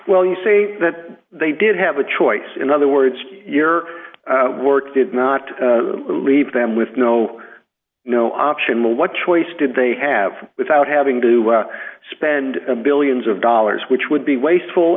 well you say that they did have a choice in other words your work did not leave them with no no option what choice did they have without having to spend billions of dollars which would be wasteful